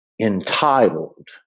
entitled